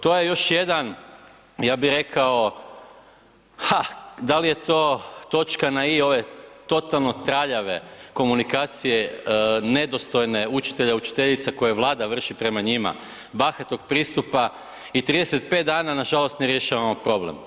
To je još jedan ja bih rekao ha dal je to točka na i ove totalno traljave komunikacije nedostojne učitelja i učiteljica koje Vlada vrši prema njima, bahatog pristupa i 35 nažalost ne rješavamo problem.